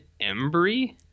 Embry